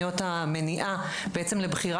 לדברים שאמרת בנוגע לתוכניות המניעה ובעצם לבחירת